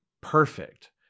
perfect